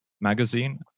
magazine